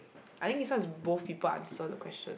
I think this one is both people answer the question